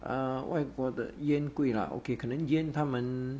uh 外国的烟贵 lah okay 烟可能他们